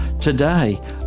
today